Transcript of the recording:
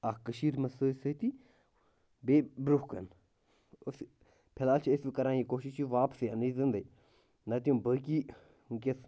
اَکھ کٔشیٖرِ منٛز سۭتۍ سۭتی بیٚیہِ برٛونٛہہ کُن أسۍ چھِ فِلحال چھِ أسۍ وۄنۍ کَران یہِ کوٗشِش یہِ واپسٕے اَنٕنچ زِنٛدٕے نَتہٕ یِم بٲقٕے وُنۍکٮ۪س